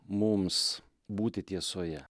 mums būti tiesoje